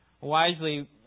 wisely